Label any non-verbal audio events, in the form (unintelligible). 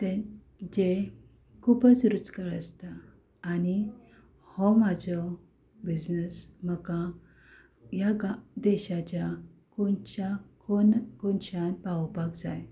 धेन जे खुबूच रूचकर आसता आनी हो म्हजो बिझनस म्हाका ह्या गांव देशाच्या कोनशा (unintelligible) कोनशान पावोवपाक जाय